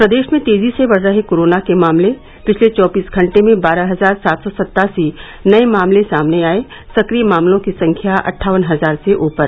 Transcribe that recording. प्रदेश में तेजी से बढ़ रहे कोरोना के मामले पिछले चौबीस घंटे में बारह हजार सात सौ सत्तासी नये मामले सामने आये सक्रिय मामलों की संख्या अट्ठावन हजार से ऊपर